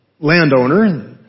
landowner